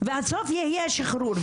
והסוף יהיה שחרור,